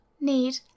need